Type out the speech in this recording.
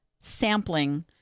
sampling